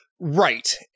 Right